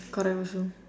caught up soon